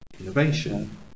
innovation